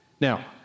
Now